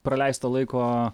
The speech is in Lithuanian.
praleisto laiko